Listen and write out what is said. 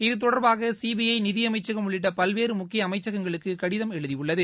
இதுதொடர்பாக நிதியமைச்சகம் உள்ளிட்ட பல்வேறு முக்கிய அமைச்சகங்களுக்கு கடிதம் எழுதியுள்ளது